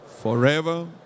forever